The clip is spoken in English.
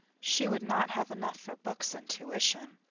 she would not have enough for books and tuition.